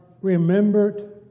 remembered